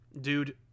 Dude